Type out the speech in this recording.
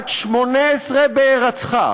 בת 18 בהירצחה,